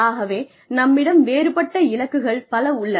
ஆகவே நம்மிடம் வேறுபட்ட இலக்குகள் பல உள்ளன